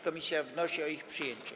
Komisja wnosi o ich przyjęcie.